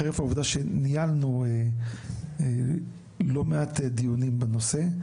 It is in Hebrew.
חרף העובדה שניהלנו לא מעט דיונים בנושא,